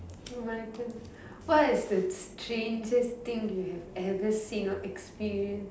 my turn what is the strangest thing you have ever seen or experience